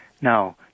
Now